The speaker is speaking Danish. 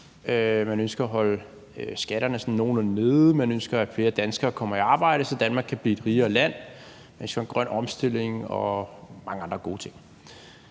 Man ønsker at holde skatterne sådan nogenlunde nede, man ønsker, at flere danskere kommer i arbejde, så Danmark kan blive et rigere land, man ønsker en grøn omstilling og mange andre gode ting.